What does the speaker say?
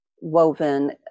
woven